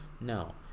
No